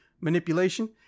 manipulation